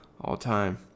all-time